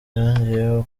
yongeyeho